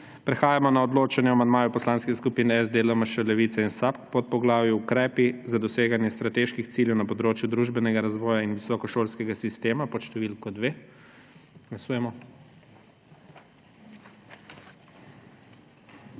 Prehajamo na odločanje o amandmaju poslanskih skupin SD, LMŠ, Levica in SAB k podpoglavju Ukrepi za doseganje strateških ciljev na področju družbenega razvoja in visokošolskega sistema pod številko 2. Glasujemo.